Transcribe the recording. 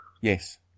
Yes